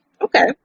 Okay